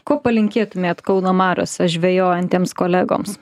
ko palinkėtumėt kauno mariose žvejojantiems kolegoms